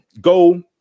go